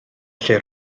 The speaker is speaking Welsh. lle